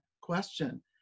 question